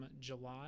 July